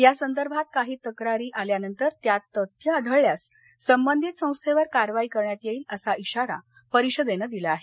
या संदर्भात काही तक्रारी आल्यानंतर त्यात तथ्य आढळल्यास संबंधित संस्थेवर कारवाई करण्यात येईल असा इशारा परिषदेनं दिला आहे